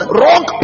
wrong